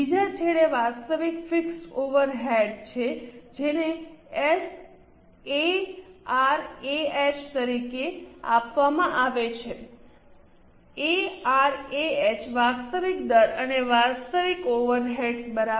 બીજા છેડે વાસ્તવિક ફિક્સ્ડ ઓવરહેડ્સ છે જે તેને એઆરએએચ તરીકે આપવામાં આવે છે એઆરએએચએ વાસ્તવિક દર અને વાસ્તવિક ઓવરહેડ્સબરાબર